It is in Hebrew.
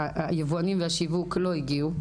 היבואנים וחברות השיווק לא הגיעו.